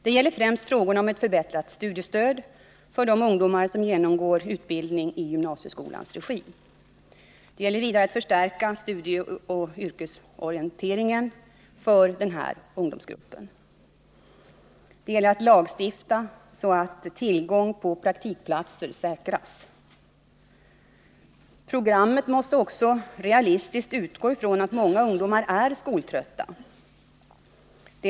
Det gäller främst frågan om ett förbättrat studiestöd för de ungdomar som genomgår utbildning i gymnasieskolans regi. Vidare måste studieoch yrkesorienteringen förstärkas för denna ungdomsgrupp. Och det gäller att lagstifta så att tillgång på praktikplatser säkras. Programmet måste realistiskt utgå från att många ungdomar är skoltrötta.